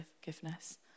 forgiveness